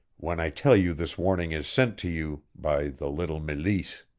when i tell you this warning is sent to you by the little meleese!